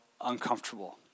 uncomfortable